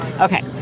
Okay